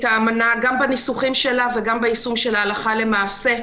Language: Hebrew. האמנה גם בניסוחים שלה וגם ביישום שלה הלכה למעשה.